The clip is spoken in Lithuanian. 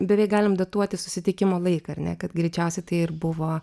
beveik galim datuoti susitikimo laiką ar ne kad greičiausiai tai ir buvo